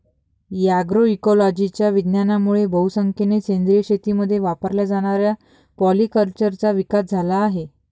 अग्रोइकोलॉजीच्या विज्ञानामुळे बहुसंख्येने सेंद्रिय शेतीमध्ये वापरल्या जाणाऱ्या पॉलीकल्चरचा विकास झाला आहे